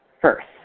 first